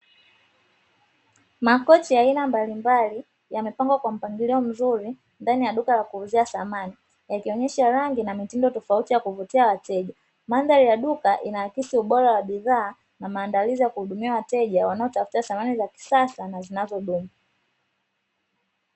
Makochi ya aina mbalimbali yamepagwa kwa mpangilio mzuri ndani ya duka la kuuzia samani yakionyesha rangi na mitindo tofauti ya kuvutia wateja. Mandhari ya duka inaakisi ubora wa bidhaa na maandalizi ya kuhudumia wateja wanaotafuta samani za kisasa na zinazodumu.